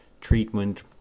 treatment